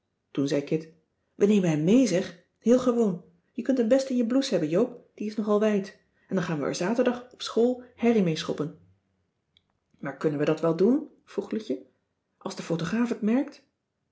toen zei kit we nemen hem mee zeg heel gewoon je kunt hem best in je blouse hebben joop die is nogal wijd en dan gaan we er zaterdag op school herrie mee schoppen maar kunnen we dat wel doen vroeg loutje als de photograaf het merkt